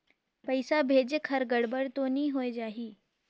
पइसा भेजेक हर गड़बड़ तो नि होए जाही?